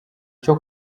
cyo